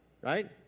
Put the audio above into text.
right